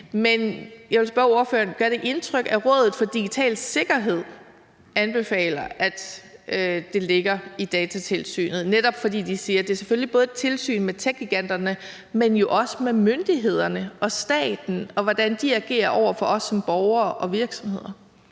Men jeg vil spørge ordføreren, om det gør indtryk, at Rådet for Digital Sikkerhed anbefaler, at det ligger i Datatilsynet, netop fordi de siger, at det selvfølgelig både er et tilsyn med techgiganterne, men jo også med myndighederne og staten, og hvordan de agerer over for os som borgere og virksomheder.